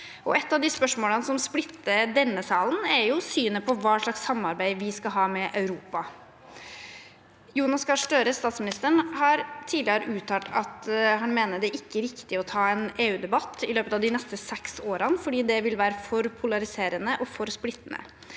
Ett av de spørsmålene som splitter denne salen, er synet på hva slags samarbeid vi skal ha med Europa. Jonas Gahr Støre, statsministeren, har tidligere uttalt at han mener det ikke er riktig å ta en EU-debatt i løpet av de neste seks årene fordi det vil være for polariserende og for splittende.